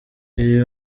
ibi